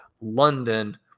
London